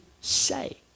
say